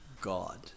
God